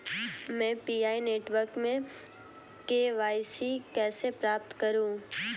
मैं Pi network में KYC कैसे प्राप्त करूँ?